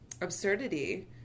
absurdity